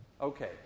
Okay